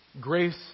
Grace